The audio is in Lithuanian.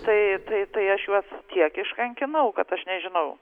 tai tai tai aš juos tiek iškankinau kad aš nežinau